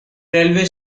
railway